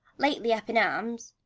lately up in arms,